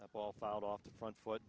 the ball filed off the front foot